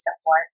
support